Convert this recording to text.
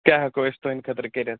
کیٛاہ ہیٚکو أسۍ تُہٕنٛدِ خٲطرٕ کٔرِتھ